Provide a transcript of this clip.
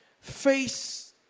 face